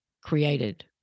created